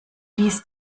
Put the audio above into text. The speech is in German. ließ